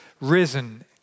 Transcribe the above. risen